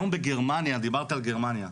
דיברת על גרמניה.